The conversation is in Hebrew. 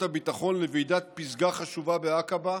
הביטחון לוועידת פסגה חשובה בעקבה,